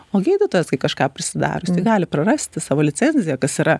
o gydytojas kai kažką prisidaro jis gali prarasti savo licenziją kas yra